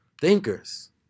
thinkers